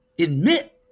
admit